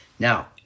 Now